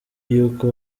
yuko